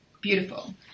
Beautiful